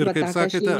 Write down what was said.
ir kaip sakėte